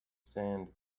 sand